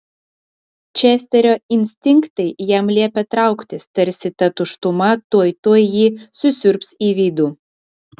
česterio instinktai jam liepė trauktis tarsi ta tuštuma tuoj tuoj jį susiurbs į vidų